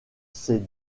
ses